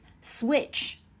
switch